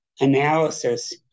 analysis